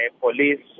police